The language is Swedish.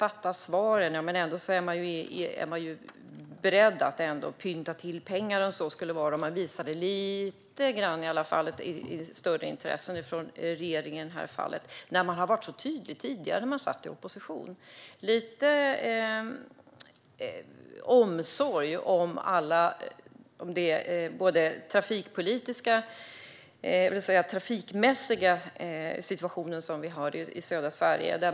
Regeringen borde ändå vara beredd att pytsa in pengar om man visade ett lite större intresse i det här fallet, när man har varit så tydlig tidigare i opposition. Det borde visas lite omsorg om alla trafikmässiga situationer i södra Sverige.